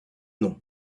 nom